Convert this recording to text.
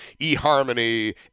eHarmony